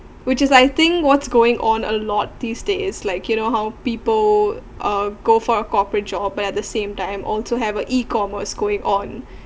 which is I think what's going on a lot these days like you know how people uh go for a corporate job but at the same time also have a E commerce going on